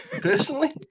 personally